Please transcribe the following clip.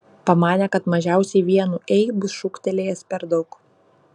pamanė kad mažiausiai vienu ei bus šūktelėjęs per daug